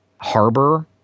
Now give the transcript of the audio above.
harbor